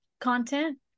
content